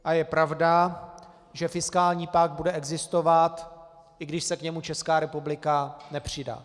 A je pravda, že fiskální pakt bude existovat, i když se k němu Česká republika nepřidá.